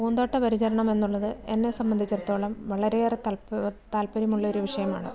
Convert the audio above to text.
പൂന്തോട്ട പരിചരണം എന്നുള്ളത് എന്നെ സംബന്ധിച്ചെടത്തോളം വളരെയേറെ താല്പര്യമുള്ള ഒരു വിഷയമാണ്